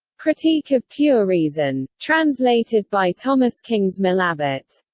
critique of pure reason. translated by thomas kingsmill abbott.